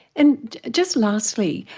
and just lastly,